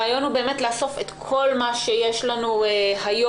הרעיון הוא לאסוף את כל מה שיש לנו היום